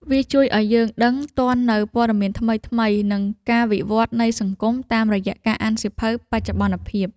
វាជួយឱ្យយើងដឹងទាន់នូវព័ត៌មានថ្មីៗ និងការវិវត្តនៃសង្គមតាមរយៈការអានសៀវភៅបច្ចុប្បន្នភាព។